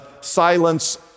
silence